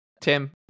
Tim